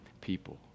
people